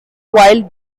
wild